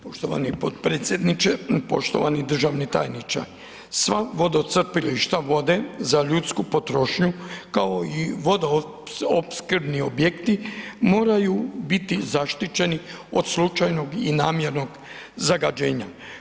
Poštovani potpredsjedniče, poštovani državni tajniče, sva vodocrpilišta vode za ljudsku potrošnju kao i vodoopskrbni objekti moraju biti zaštićeni od slučajnog i namjernog zagađenja.